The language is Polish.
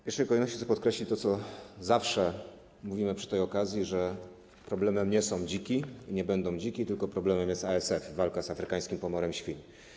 W pierwszej kolejności chcę podkreślić to, co zawsze mówimy przy tej okazji, że problemem nie są dziki, nie będą dziki, tylko problemem jest ASF, walka z afrykańskim pomorem świń.